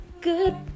good